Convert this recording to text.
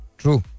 true